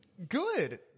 good